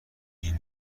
این